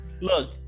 Look